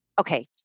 okay